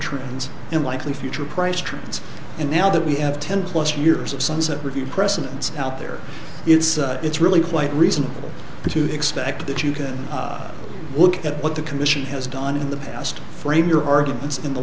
trends in likely future price trends and now that we have ten plus years of sunset review precedence out there it's it's really quite reasonable to expect that you can look at what the commission has done in the past frame your arguments in the